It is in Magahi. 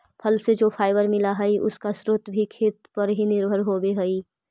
फल से जो फाइबर मिला हई, उसका स्रोत भी खेत पर ही निर्भर होवे हई